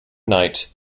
night